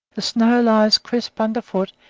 the snow lies crisp under foot,